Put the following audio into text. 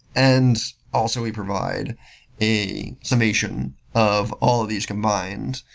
and also, we provide a summation of all of these combined,